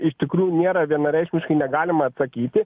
iš tikrųjų nėra vienareikšmiškai negalima atsakyti